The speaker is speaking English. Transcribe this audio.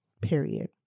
Period